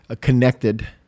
connected